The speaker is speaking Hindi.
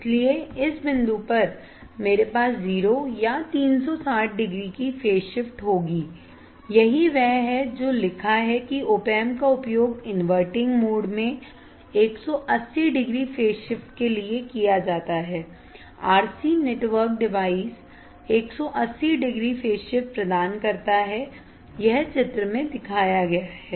इसलिए इस बिंदु पर मेरे पास 0 या 360 डिग्री की फेज शिफ्ट होगी यही वह है जो लिखा है कि opamp का उपयोग इनवर्टिंग मोड में 180 डिग्री फेज शिफ्ट के लिए किया जाता है RCनेटवर्क डिवाइस 180 डिग्री फेज शिफ्ट प्रदान करता है यह चित्र में दिखाया गया है